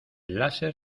láser